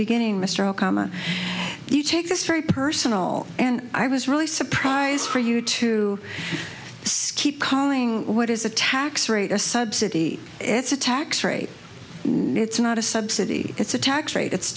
beginning mr okama you take this very personal and i was really surprised for you to keep calling what is a tax rate a subsidy it's a tax rate it's not a subsidy it's a tax rate it's